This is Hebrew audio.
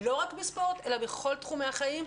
לא רק בספורט אלא בכל תחומי החיים.